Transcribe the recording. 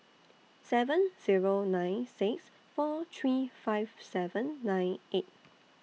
seven Zero nine six four three five seven nine eight